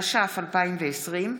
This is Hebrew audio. התש"ף 2020,